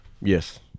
Yes